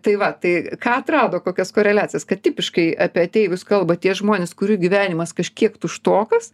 tai va tai ką atrado kokias koreliacijas kad tipiškai apie ateivius kalba tie žmonės kurių gyvenimas kažkiek tuštokas